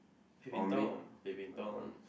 peeping Tom peeping Tom